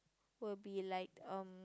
will be like um